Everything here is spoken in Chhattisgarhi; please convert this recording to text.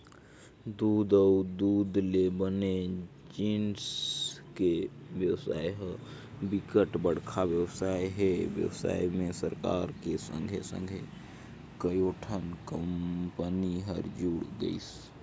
दूद अउ दूद ले बने जिनिस के बेवसाय ह बिकट बड़का बेवसाय हे, बेवसाय में सरकार के संघे संघे कयोठन कंपनी हर जुड़ गइसे